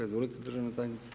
Izvolite državna tajnice.